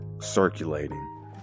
Circulating